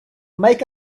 make